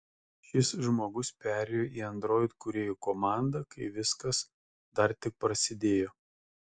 šis žmogus perėjo į android kūrėjų komandą kai viskas dar tik prasidėjo